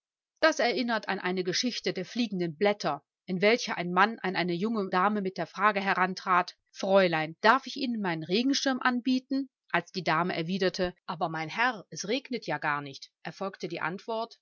das erinnert an eine geschichte der fliegenden blätter in welcher ein mann an eine junge dame mit der frage herantrat fräulein darf ich ihnen meinen regenschirm anbieten als die dame erwiderte aber mein herr es regnet ja gar nicht erfolgte die antwort